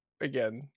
again